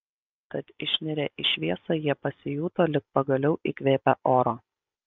tad išnirę į šviesą jie pasijuto lyg pagaliau įkvėpę oro